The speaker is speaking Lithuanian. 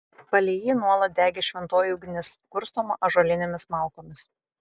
palei jį nuolat degė šventoji ugnis kurstoma ąžuolinėmis malkomis